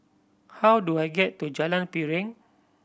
how do I get to Jalan Piring